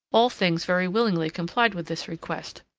all things very willingly complied with this request,